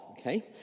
okay